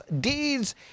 deeds